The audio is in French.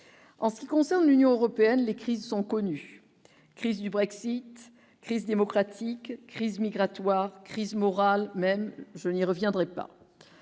en ce qui concerne l'Union européenne, les crises sont connus : crise du Brexit crise démocratique crise migratoire crise morale même je n'y reviendrai pas